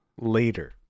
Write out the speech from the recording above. later